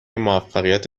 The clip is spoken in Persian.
موفقیت